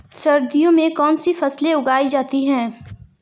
सर्दियों में कौनसी फसलें उगाई जा सकती हैं?